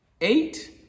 eight